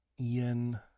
Ian